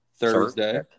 Thursday